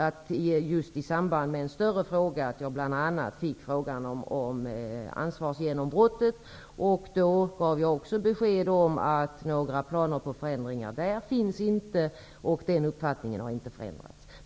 I samband med debatten i en större fråga fick jag just frågan om ansvarsgenombrott. Då gav jag också besked om att det inte finns några planer på förändringar, och den uppfattningen har inte ändrats.